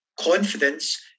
confidence